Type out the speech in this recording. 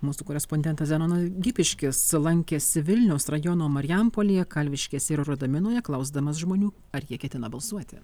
mūsų korespondentas zenonas gipiškis lankėsi vilniaus rajono marijampolėje kalviškėse ir rudaminoje klausdamas žmonių ar jie ketina balsuoti